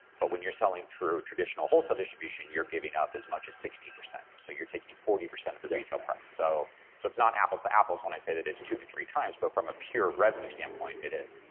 but when you're selling through traditional wholesale distribution, you're giving up as much as sixty percent. so you're taking forty percent of the retail prices. so so it's not apples to apples when i say that it's two to three times, but from a pure revenue standpoint, it is.